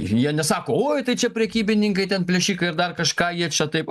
jie nesako oi tai čia prekybininkai ten plėšikai ir dar kažką jie čia taip